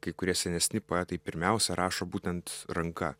kai kurie senesni poetai pirmiausia rašo būtent ranka